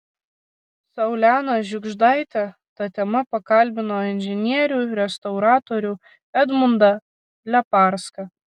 saulena žiugždaitė ta tema pakalbino inžinierių restauratorių edmundą leparską